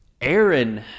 Aaron